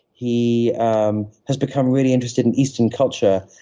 he um has become really interested in eastern culture.